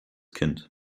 kind